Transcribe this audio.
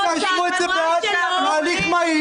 אמר ----- אתם תאשרו את זה בעד בהליך מהיר